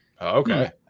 Okay